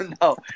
No